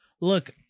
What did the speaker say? look